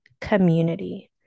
community